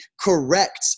correct